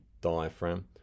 diaphragm